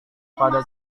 pada